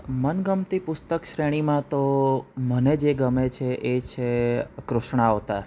મનગમતી પુસ્તક શ્રેણીમાં તો મને જે ગમે છે એ છે કૃષ્ણા અવતાર